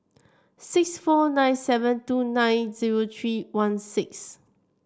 six four nine seven two nine zero three one six